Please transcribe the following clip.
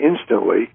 instantly